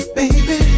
baby